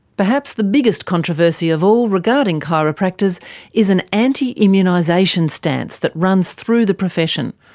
perhaps the biggest controversy of all regarding chiropractors is an anti-immunisation stance that runs through the profession.